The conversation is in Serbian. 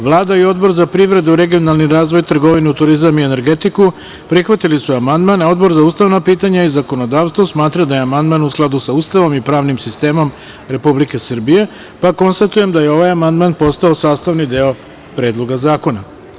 Vlada i Odbor za privredu, regionalni razvoj, trgovinu, turizam i energetiku prihvatili su amandman, a Odbor za ustavna pitanja i zakonodavstvo smatra da je amandman u skladu sa Ustavom i pravnim sistemom Republike Srbije, pa konstatujem da je ovaj amandman postao sastavni deo Predloga zakona.